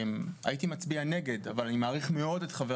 הייתי מצביע נגד אבל אני מעריך מאוד את חבר